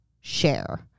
share